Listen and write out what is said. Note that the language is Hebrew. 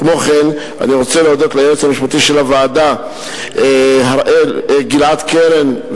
כמו כן אני רוצה להודות ליועץ המשפטי של הוועדה גלעד קרן,